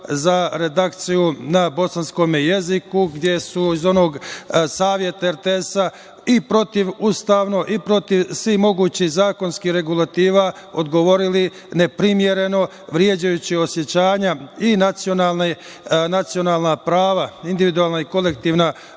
za redakciju na bosanskom jeziku, gde su iz Saveta RTS-a i protivustavno i protiv svih mogućih zakonskih regulativa odgovorili neprimereno, vređajući osećanja i nacionalna prava, individualna i kolektivna,